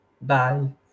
Bye